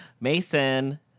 Mason